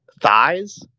thighs